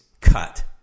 cut